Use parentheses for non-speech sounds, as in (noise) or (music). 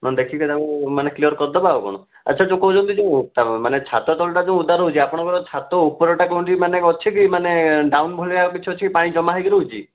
ମାନେ ଦେଖିକି (unintelligible) ମାନେ କ୍ଲିୟର କରିଦେବା ଆଉ କ'ଣ ଆଚ୍ଛା ଯେଉଁ କହୁଛନ୍ତି ଯେଉଁ ମାନେ ଛାତ ତଳଟା ଯେଉଁ ଓଦା ରହୁଛି ଆପଣଙ୍କର ଛାତ ଉପରଟା କ'ଣ (unintelligible) ମାନେ ଅଛିକି ମାନେ ଡାଉନ ଭଳିଆ କିଛି ଅଛି କି ପାଣି ଜମା ହେଇକି ରହୁଛି